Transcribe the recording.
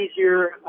easier